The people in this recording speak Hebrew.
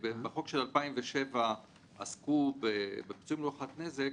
כל הגופים פה הבהירו לנו בצורה הכי ברורה שהם לא יכולים בלי הרשת.